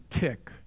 tick